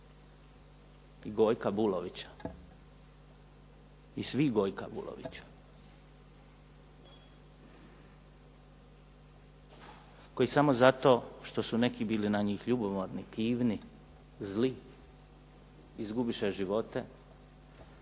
I Gojka Vulovića i svih Gojka Vulovića koji samo zato što su neki bili na njih ljubomorni, kivni, zli, izgubiše živote